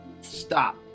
Stop